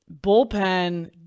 bullpen